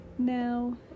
now